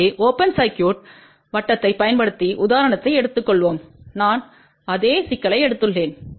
எனவே open circuit வட்டத்தைப் பயன்படுத்தி உதாரணத்தை எடுத்துக்கொள்வோம் நான் அதே சிக்கலை எடுத்துள்ளேன்